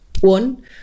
one